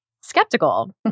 skeptical